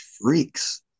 freaks